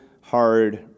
hard